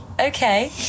Okay